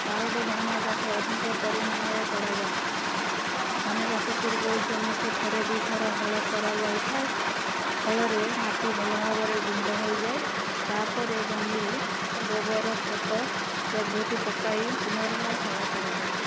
ଶାରଦ ଧାନଚାଷ ଅଧିକ ପରିମାଣରେ କରାଯାଏ ଧାନଚାଷ ପୂର୍ବରୁ ଜମିକୁ ଥରେ ଦୁଇ ଥର ହଳ କରାଯାଇଥାଏ ଫଳରେ ମାଟି ଭଲ ଭାବରେ ଗୁଣ୍ଡ ହୋଇଯାଏ ତାପରେ ଜମିରେ ଗୋବର ଖତ ପ୍ରଭୃତି ପକାଇ ପୁନର୍ବାର ହଳ କରାଯାଏ